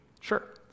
Sure